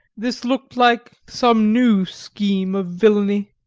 this looked like some new scheme of villainy.